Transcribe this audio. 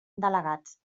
delegats